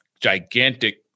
gigantic